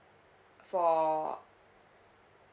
for